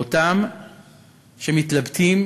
לאלה שמתלבטים